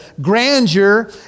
grandeur